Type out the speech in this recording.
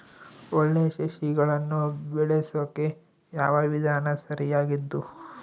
ಒಳ್ಳೆ ಸಸಿಗಳನ್ನು ಬೆಳೆಸೊಕೆ ಯಾವ ವಿಧಾನ ಸರಿಯಾಗಿದ್ದು?